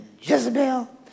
Jezebel